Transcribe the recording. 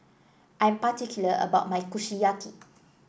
I am particular about my Kushiyaki